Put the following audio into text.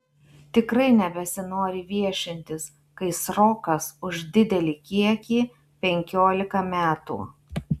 tikrai nebesinori viešintis kai srokas už didelį kiekį penkiolika metų